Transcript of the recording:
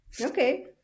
okay